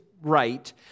right